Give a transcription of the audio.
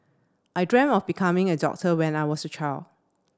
I dreamt of becoming a doctor when I was a child